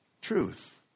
truth